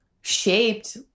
shaped